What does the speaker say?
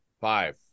Five